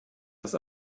das